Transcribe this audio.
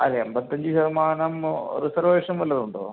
അതെ എമ്പത്തഞ്ച് ശതമാനം റിസർവേഷൻ വല്ലതും ഉണ്ടോ